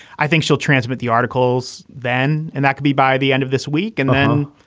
i think she'll transmit the articles then and that could be by the end of this week and then,